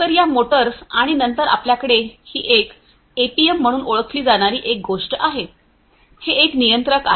तर या मोटर्स आणि नंतर आपल्याकडे ही एक एपीएम म्हणून ओळखली जाणारी एक गोष्ट आहे हे एक नियंत्रक आहे